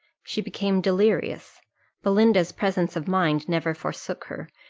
she became delirious belinda's presence of mind never forsook her,